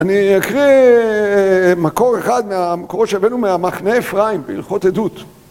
אני אקריא מקור אחד מהמקורות שהבאנו מהמחנה אפרים בלכות עדות.